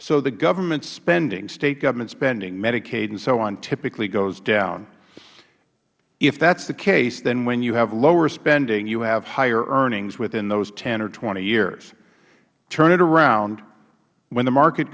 so the government spending state government spending medicaid and so on typically goes down if that is the case then when you have lower spending you have higher earnings within those ten or twenty years turn it around when the market